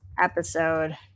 episode